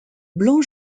blanc